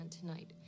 tonight